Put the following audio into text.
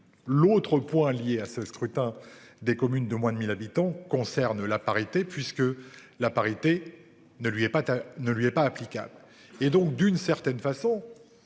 l'autre point lié à ce scrutin. Des communes de moins de 1000 habitants concerne la parité puisque la parité ne lui est pas tu ne lui est pas applicable et donc d'une certaine façon.